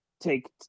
take